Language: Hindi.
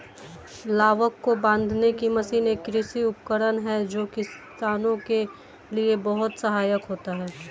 लावक को बांधने की मशीन एक कृषि उपकरण है जो किसानों के लिए बहुत सहायक होता है